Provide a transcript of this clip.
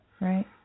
Right